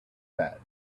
that